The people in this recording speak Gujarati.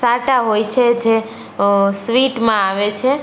સાટા હોય છે જે સ્વીટમાં આવે છે